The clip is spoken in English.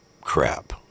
crap